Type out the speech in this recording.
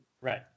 Right